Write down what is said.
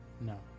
No